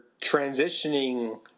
transitioning